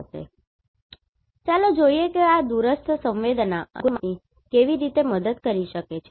હવે ચાલો જોઈએ કે આ Remote sensing દૂરસ્થ સંવેદના GIS ભૌગોલિક માહિતી પધ્ધતિ કેવી રીતે મદદ કરી શકે છે